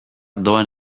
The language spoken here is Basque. doan